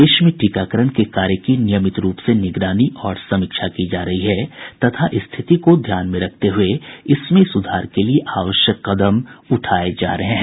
देश में टीकाकरण के कार्य की नियमित रूप से निगरानी और समीक्षा की जा रही है और स्थिति को ध्यान में रखते हुए इसमें सुधार के लिए आवश्यक कदम उठाए जा रहे हैं